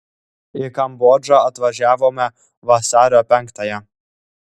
į kambodžą atvažiavome vasario penktąją